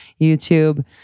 YouTube